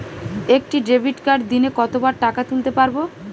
একটি ডেবিটকার্ড দিনে কতবার টাকা তুলতে পারব?